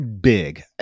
Big